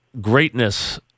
greatness